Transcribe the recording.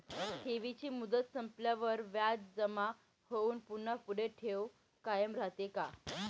ठेवीची मुदत संपल्यावर व्याज जमा होऊन पुन्हा पुढे ठेव कायम राहते का?